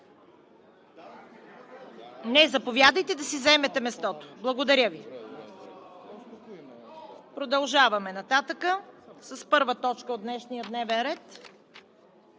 Не, заповядайте да си заемете мястото. Благодаря Ви. Продължаваме с първа точка от днешния дневен ред: